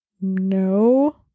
No